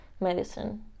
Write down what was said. medicine